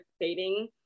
dating